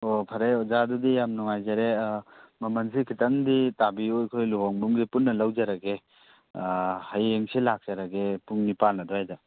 ꯑꯣ ꯐꯔꯦ ꯑꯣꯖꯥ ꯑꯗꯨꯗꯤ ꯌꯥꯝ ꯅꯨꯡꯉꯥꯏꯖꯔꯦ ꯃꯃꯜꯁꯤ ꯈꯤꯇꯪꯗꯤ ꯇꯥꯕꯤꯌꯨ ꯑꯩꯈꯣꯏ ꯂꯨꯍꯣꯡꯕ ꯑꯝꯒꯤ ꯄꯨꯟꯅ ꯂꯧꯖꯔꯒꯦ ꯍꯌꯦꯡꯁꯤ ꯂꯥꯛꯆꯔꯒꯦ ꯄꯨꯡ ꯅꯤꯄꯥꯟ ꯑꯗꯨꯋꯥꯏꯗ